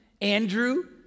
Andrew